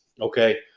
Okay